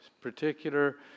particular